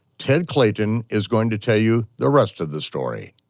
tedd clayton is going to tell you the rest of the story.